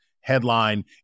headline